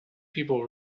people